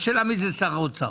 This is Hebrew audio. השאלה מי זה שר האוצר.